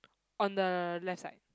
on the left side